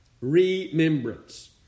Remembrance